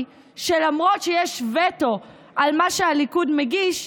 שלמרות שיש וטו על מה שהליכוד מגיש,